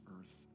earth